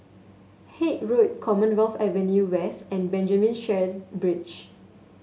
Haig Road Commonwealth Avenue West and Benjamin Sheares Bridge